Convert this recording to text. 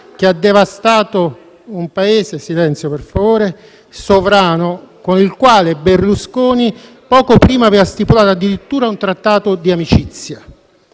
che ha devastato un Paese sovrano, con il quale Berlusconi poco prima aveva stipulato addirittura un trattato di amicizia.